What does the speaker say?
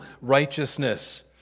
righteousness